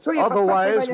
Otherwise